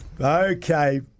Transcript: okay